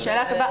שאלה טובה.